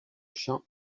chant